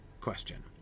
question